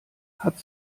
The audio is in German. hat